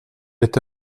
est